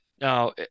Now